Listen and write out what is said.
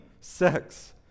sex